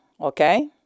okay